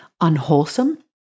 unwholesome